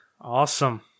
awesome